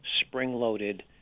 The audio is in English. spring-loaded